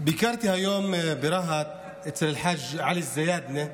ביקרתי היום ברהט אצל חאג' עלי אל-זיאדנה,